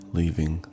leaving